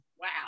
Wow